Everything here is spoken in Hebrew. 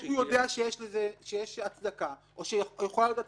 יודע שיכולה להיות הצדקה,